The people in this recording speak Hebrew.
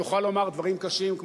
הוא יכול לומר דברים קשים,